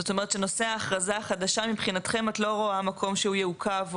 זאת אומרת שנושא האכרזה מבחינתכם את לא רואה מקום שהוא יעוכב?